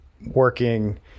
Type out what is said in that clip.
working